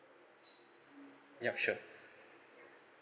yup sure